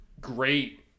great